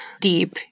deep